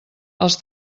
els